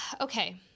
okay